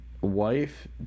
wife